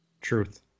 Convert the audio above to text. Truth